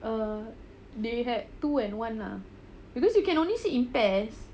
uh they had two and one lah because you can only sit in pairs